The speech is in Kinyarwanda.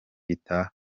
gitaha